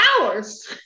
hours